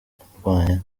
kurwanya